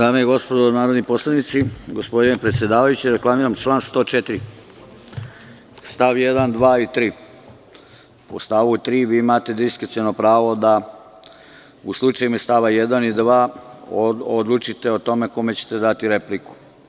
Dame i gospodo narodni poslanici, gospodine predsedavajući, reklamiram član 104. st. 1, 2. i 3. U stavu 3. vi imate diskreciono pravo da u slučajevima iz stava 1. i 2. odlučite o tome kome ćete dati repliku.